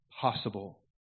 possible